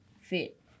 fit